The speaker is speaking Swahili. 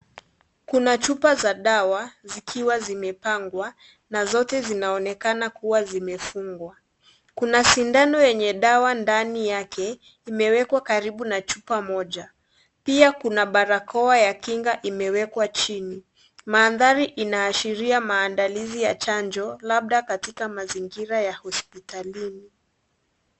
Kuna chupa za dawa zikiwa zimepangwa na zote zinaonekana kuwa zimefungwa. Kuna sindano yenye dawa ndani yake imewekwa karibu na chupa moja, pia kuna barakoa ya kinga imewekwa chini . Mandhari inaashiria maamdalizi ya chanjo labda katika mazingira ya hospitalini.